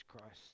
Christ